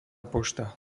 pošta